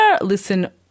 listen